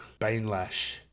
Bainlash